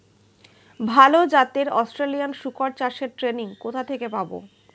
ভালো জাতে অস্ট্রেলিয়ান শুকর চাষের ট্রেনিং কোথা থেকে পাব?